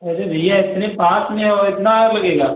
अरे भईया इतने पास में है और इतना लगेगा